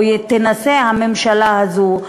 או תנסה הממשלה הזאת,